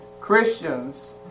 Christians